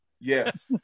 Yes